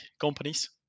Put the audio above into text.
companies